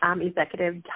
executive